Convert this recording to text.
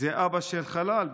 זה אבא של חלל,